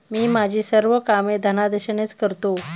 मी माझी सर्व कामे धनादेशानेच करतो